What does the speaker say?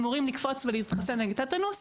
אמורים לקפוץ ולהתחסן נגד טטאנוס.